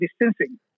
distancing